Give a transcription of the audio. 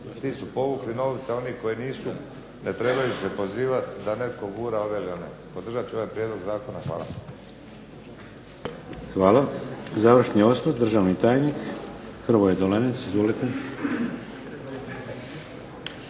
ti su povukli novce, a oni koji nisu ne trebaju se pozivati da netko gura ove ili one. Podržat ću ovaj prijedlog zakona. Hvala. **Šeks, Vladimir (HDZ)** Završni osvrt, državni tajnik Hrvoje Dolenec. Izvolite.